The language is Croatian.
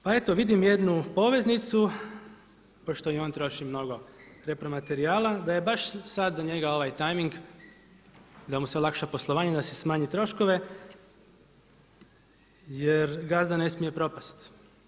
Pa eto vidim jednu poveznicu pošto i on troši mnogo repromaterijala, da je baš sad za njega ovaj tajming da mu se olakša poslovanje da si smanji troškove jer gazda ne smije propasti.